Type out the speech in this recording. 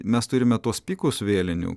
mes turime tuos pikus vėlinių